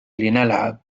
لنلعب